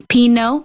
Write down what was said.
Pino